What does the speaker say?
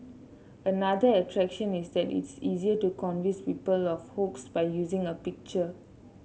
another attraction is that it is easier to convince people of a hoax by using a picture